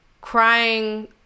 crying